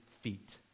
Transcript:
feet